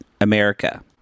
America